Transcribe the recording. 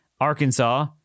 Arkansas